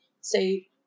say